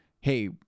Hey